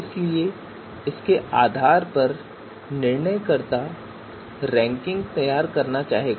इसलिए इसके आधार पर निर्णयकर्ता रैंकिंग तैयार करना चाहेगा